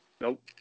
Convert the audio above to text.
Nope